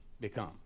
become